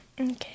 okay